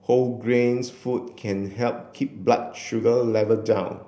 whole grains food can help keep blood sugar level down